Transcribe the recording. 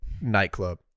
nightclub